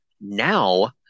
now